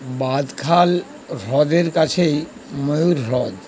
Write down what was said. বাদখাল হ্রদের কাছেই ময়ূর হ্রদ